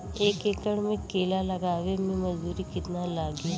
एक एकड़ में केला लगावे में मजदूरी कितना लागी?